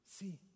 See